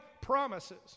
promises